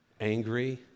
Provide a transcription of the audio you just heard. angry